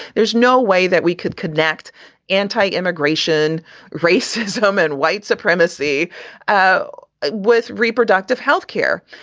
there's no way that we could connect anti-immigration racism and white supremacy ah ah with reproductive health care,